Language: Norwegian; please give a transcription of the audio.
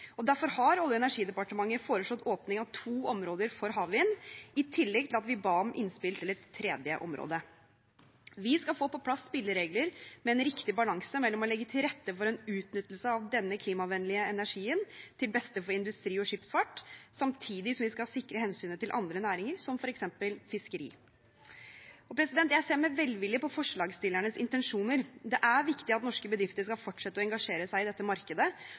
havvindteknologier. Derfor har Olje- og energidepartementet foreslått åpning av to områder for havvind, i tillegg til at vi ba om innspill til et tredje område. Vi skal få på plass spilleregler med en riktig balanse mellom å legge til rette for en utnyttelse av denne klimavennlige energien til beste for industri og skipsfart, samtidig som vi skal sikre hensynet til andre næringer, som f.eks. fiskeri. Jeg ser med velvilje på forslagsstillerens intensjoner. Det er viktig at norske bedrifter fortsetter å engasjere seg i dette markedet,